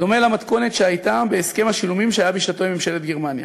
בדומה למתכונת שהייתה בהסכם השילומים שהיה בשעתו עם ממשלת גרמניה.